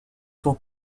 son